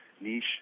niche